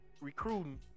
recruiting